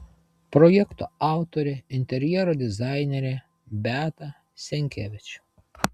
projekto autorė interjero dizainerė beata senkevič